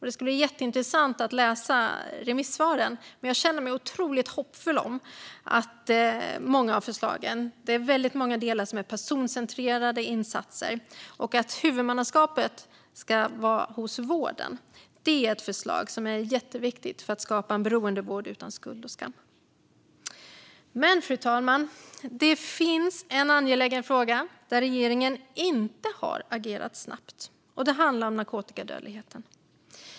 Det ska bli jätteintressant att läsa remissvaren, Men jag känner mig mycket hoppfull om många av förslagen. Det är många delar om personcentrerade insatser. Att huvudmannaskapet ska vara hos vården är ett jätteviktigt förslag för att skapa en beroendevård utan skuld och skam. Men, fru talman, det finns en angelägen fråga där regeringen inte har agerat snabbt. Det handlar om narkotikadödligheten.